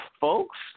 folks